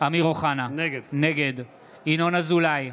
אמיר אוחנה, נגד ינון אזולאי,